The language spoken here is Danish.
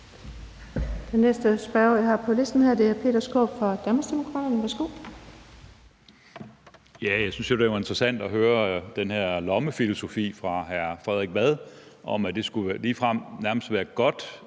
Den næste spørger, jeg har på listen, er Peter Skaarup fra Danmarksdemokraterne. Værsgo. Kl. 15:16 Peter Skaarup (DD): Jeg synes, det var interessant at høre den her lommefilosofi fra hr. Frederik Vad om, at det ligefrem nærmest skulle være godt,